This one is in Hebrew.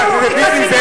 חבר הכנסת,